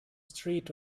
street